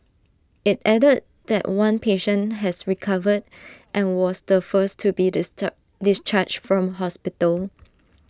IT added that one patient has recovered and was the first to be disturb discharged from hospital